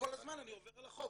הזמן אני עובר על החוק.